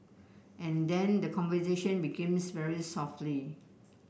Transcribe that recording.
and then the conversation begins very softly